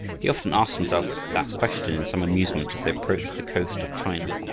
he often asked himself that question in some amusement as they approached the coast of china.